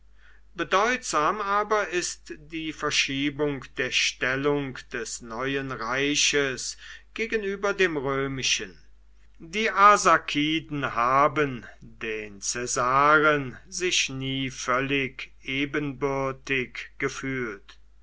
bedeutsam aber ist die verschiebung der stellung des neuen reiches gegenüber dem römischen die arsakiden haben den caesaren sich nie völlig ebenbürtig gefühlt